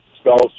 spells